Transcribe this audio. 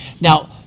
Now